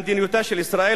למדיניותה של ישראל.